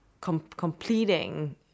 completing